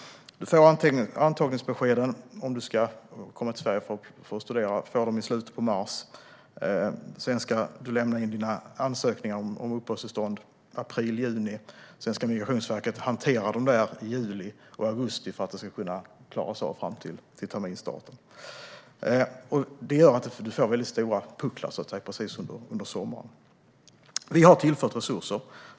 Antagningsbeskeden om man ska få komma till Sverige och studera skickas ut i slutet av mars. Ansökning om uppehållstillstånd lämnas in i april-juni. Sedan ska Migrationsverket hantera dessa ansökningar i juli och augusti för att det ska klaras av före terminsstarten. Det gör att det blir stora pucklar under sommaren. Vi har tillfört resurser.